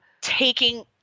taking